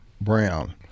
Brown